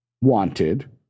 Wanted